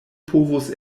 povos